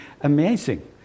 amazing